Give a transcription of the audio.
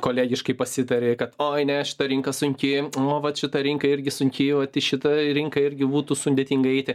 kolegiškai prasitari kad oi ne šita rinka sunki nu vat šita rinka irgi sunki vat į šitą rinką irgi būtų sudėtinga eiti